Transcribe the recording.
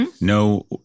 No